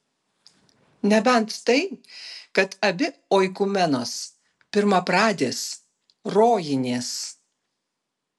nebent tai kad abi oikumenos pirmapradės rojinės